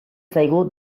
zaigu